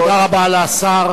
תודה רבה לשר.